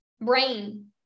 brain